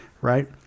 Right